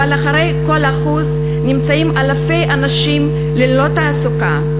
אבל מאחורי כל אחוז נמצאים אלפי אנשים ללא תעסוקה,